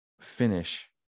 finish